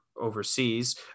overseas